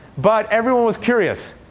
but everyone was curious.